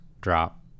drop